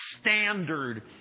standard